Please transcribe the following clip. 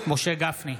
משה גפני,